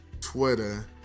Twitter